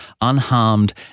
unharmed